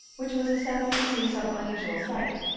which was assembled to see some unusual sight,